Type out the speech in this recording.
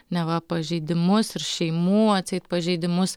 neva pažeidimus ir šeimų atseit pažeidimus